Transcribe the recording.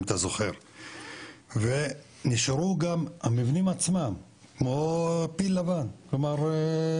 אם אתה זוכר ונשארו גם המבנים עצמם כמו "פיל לבן" כלומר,